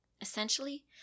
Essentially